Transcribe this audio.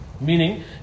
Meaning